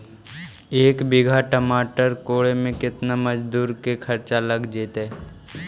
एक बिघा टमाटर कोड़े मे केतना मजुर के खर्चा लग जितै?